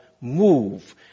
move